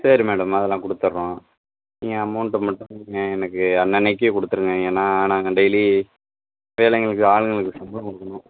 சரி மேடம் அதலாம் கொடுத்தறோம் நீங்கள் அமௌன்ட்டு மட்டும் எனக்கு அன்னன்னைக்கே கொடுத்துருங்க ஏன்னா நாங்கள் டெய்லி வேலைங்களுக்கு ஆளுங்களுக்கு சம்பளம் கொடுக்கணும்